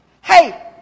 Hey